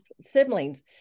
siblings